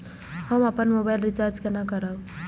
हम अपन mobile recharge केना करब?